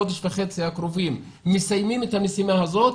חודש וחצי הקרובים ומסיימים את המשימה הזאת,